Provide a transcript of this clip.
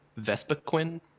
Vespaquin